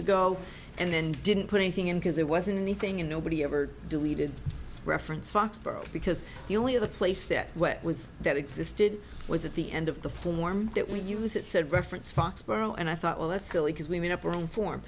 ago and then didn't put anything in because it wasn't anything and nobody ever deleted reference foxborough because the only other place that what was that existed was at the end of the form that we use it said reference foxborough and i thought well that's silly because we made up our own form